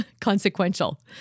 consequential